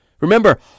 Remember